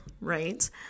right